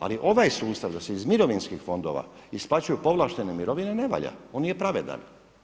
Ali ovaj sustav da se iz mirovinskih fondova isplaćuju povlaštene mirovine ne valja, on nije pravedan.